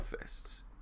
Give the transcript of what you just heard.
fists